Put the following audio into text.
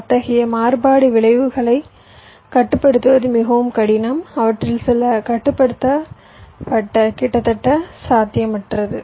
அத்தகைய மாறுபாடு விளைவுகளை கட்டுப்படுத்துவது மிகவும் கடினம் அவற்றில் சில கட்டுப்படுத்த கிட்டத்தட்ட சாத்தியமற்றது